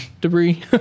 debris